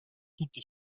tutti